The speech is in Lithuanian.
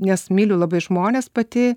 nes myliu labai žmones pati